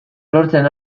lortzen